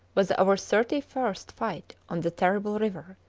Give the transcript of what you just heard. was our thirty-first fight on the terrible river,